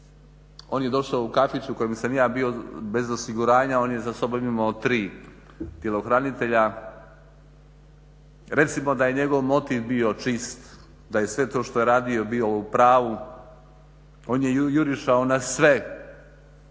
on je došao u kafić u kojem sam ja bio bez osiguranja, on je sa sobom imao tri tjelohranitelja, recimo da je njegov motiv bio čist, da je sve to što je radio bio u pravu, on je jurišao na sve,